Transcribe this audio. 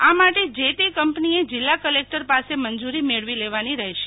આ માટે જ તે કંપનીએ જિલ્લા કલેકટર પાસે મંજૂરી મેળવી લેવાની રહેશે